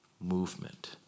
movement